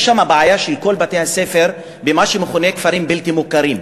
יש שם בעיה של כל בתי-הספר במה שמכונה כפרים בלתי מוכרים.